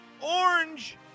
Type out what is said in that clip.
Orange